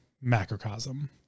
macrocosm